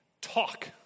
talk